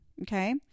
Okay